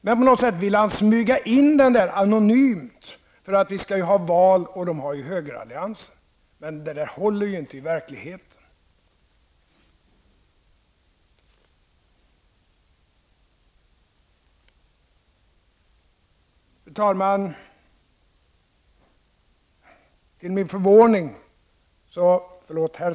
Men på något sätt vill han smyga in det anonymt, för vi skall ha val och de har högeralliansen. Men detta håller ju inte i verkligheten. Herr talman!